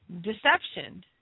deception